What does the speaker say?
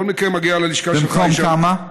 בכל מקרה, מגיע ללשכה שלך, במקום כמה?